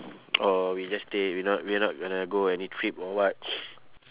or we just stay we not we're not gonna go any trip or what